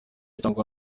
cyangwa